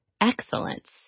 excellence